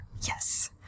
Yes